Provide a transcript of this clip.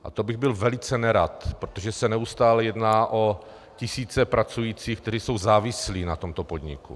A to bych byl velice nerad, protože se neustále jedná o tisíce pracujících, kteří jsou závislí na tomto podniku.